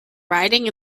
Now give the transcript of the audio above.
riding